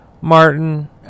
Martin